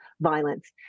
violence